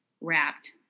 wrapped